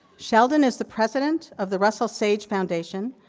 sheldon is the president of the russel sage foundation,